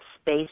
space